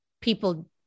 people